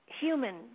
human